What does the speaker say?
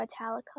Metallica